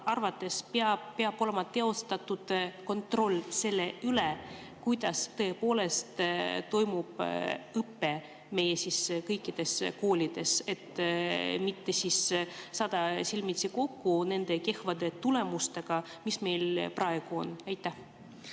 arvates peab olema teostatud kontroll selle üle, kuidas tõepoolest toimub õpe meie kõikides koolides, et mitte silmitsi seista nende kehvade tulemustega, mis meil praegu on? Austatud